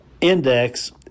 index